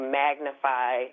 magnify